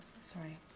sorry